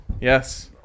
Yes